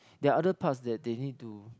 the other parts that they need to